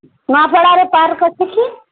ନୂଆପଡ଼ାରେ ପାର୍କ ଅଛି କି